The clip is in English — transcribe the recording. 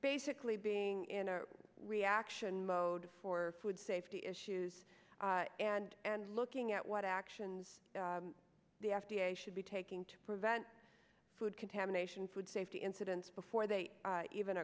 basically being in reaction mode for food safety issues and looking at what actions the f d a should be taking to prevent food contamination food safety incidents before they even